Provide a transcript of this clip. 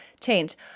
change